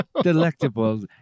delectable